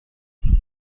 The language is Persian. کردی